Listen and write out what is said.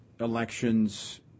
elections